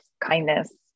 kindness